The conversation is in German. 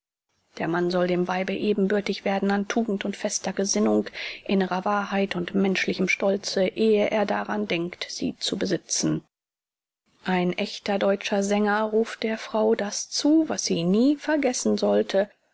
der mann soll dem weibe ebenbürtig werden an tugend und fester gesinnung innerer wahrheit und menschlichem stolze ehe er daran denkt sie zu besitzen ein ächter deutscher sänger ruft der frau das zu was sie nie vergessen sollte